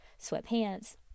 sweatpants